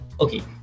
okay